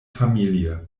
familie